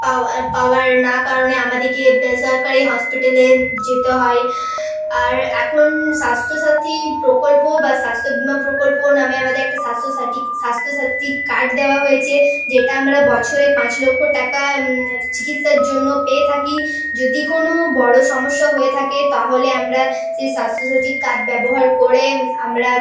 পাওয়া পাওয়ার না কারণে আমাদেরকে বেসরকারি হসপিটালে যেতে হয় আর এখন স্বাস্থ্যসাথি প্রকল্প বা স্বাস্থ্যবিমা প্রকল্প নামে আমাদের একটা স্বাস্থ্যসাথি স্বাস্থ্যসাথি কার্ড দেওয়া হয়েছে যেটা আমরা বছরে পাঁচ লক্ষ টাকা চিকিৎসার জন্য পেয়ে থাকি যদি কোনো বড় সমস্যা হয়ে থাকে তাহলে আমরা সেই স্বাস্থ্যসাথি কার্ড ব্যবহার করে আমরা